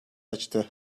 açtı